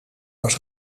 was